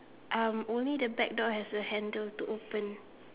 um only the back door has a handle to open